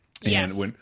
Yes